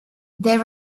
there